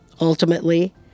Ultimately